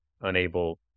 unable